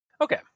Okay